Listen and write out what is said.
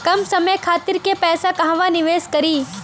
कम समय खातिर के पैसा कहवा निवेश करि?